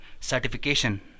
certification